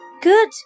Good